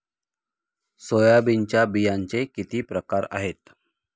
सोयाबीनच्या बियांचे किती प्रकार आहेत?